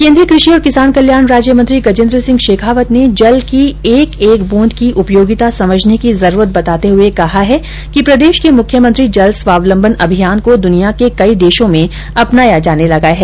केन्द्रीय कृषि और किसान कल्याण राज्य मंत्री गजेन्द्र सिंह शेखावत ने जल की एक एक ब्रंद की उपयोगिता समझने की जरुरत बताते हुए कहा है कि प्रदेश के मुख्यमंत्री जल स्वावलंबन अभियान को दुनिया के कई देशो में अपनाया जाने लगा हैं